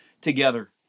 together